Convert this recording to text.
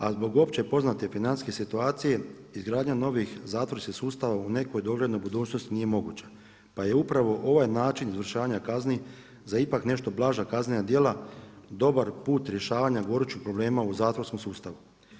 A zbog opće poznate financijske situacije izgradnja novih zatvorskih sustava u nekoj doglednoj budućnosti nije moguća, pa je upravo ovaj način izvršavanja kazni za ipak nešto blaža kaznena djela dobar put rješavanja gorućih problema u zatvorskom sustavu.